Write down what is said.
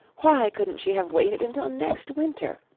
why couldn't she have waited until next winter?